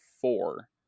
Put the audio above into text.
four